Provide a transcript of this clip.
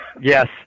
Yes